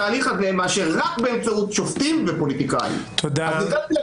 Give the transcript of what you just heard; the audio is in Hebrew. לקחת אדם שרק מונה להיות שופט בבית המשפט העליון וללא אפילו דקה